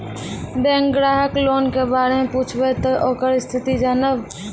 Bank ग्राहक loan के बारे मैं पुछेब ते ओकर स्थिति जॉनब?